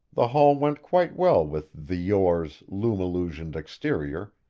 the hall went quite well with the yore's lumillusioned exterior,